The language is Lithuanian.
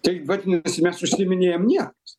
tai vadinasi mes užsiiminėjam niekais